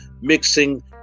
Mixing